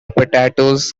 potatoes